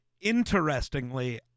interestingly